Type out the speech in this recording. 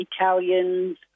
Italians